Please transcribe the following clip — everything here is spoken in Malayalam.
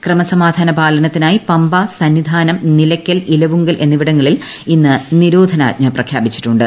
ക്രമസമാധാന പാലത്തിനായി പമ്പ സന്നിധാനം നിലയ്ക്കൽ ഇലവുങ്കൽ എന്നിവിടങ്ങളിൽ ഇന്ന് നിരോധനാജ്ഞ പ്രഖ്യാപിച്ചിട്ടുണ്ട്